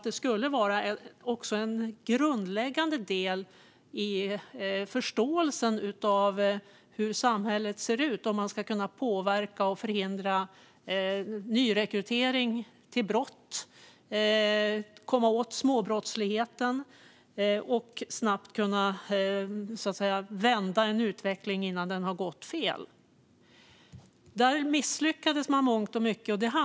Det skulle vara grundläggande för förståelsen av hur samhället ser ut, så att man skulle kunna påverka och förhindra nyrekrytering till brott, komma åt småbrottsligheten och snabbt kunna vända en utveckling som är på väg att gå åt fel håll. Där misslyckades man i mångt och mycket.